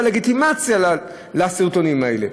תהיה על הלגיטימציה לסרטונים האלה.